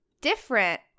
different